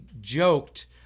joked